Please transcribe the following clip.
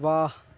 واہ